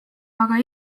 aga